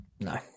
No